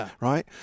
right